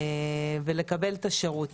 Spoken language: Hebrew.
ולקבל את השירות.